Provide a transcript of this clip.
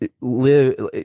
live